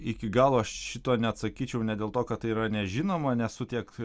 iki galo šito neatsakyčiau ne dėl to kad tai yra nežinoma nesu tiek